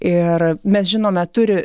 ir mes žinome turi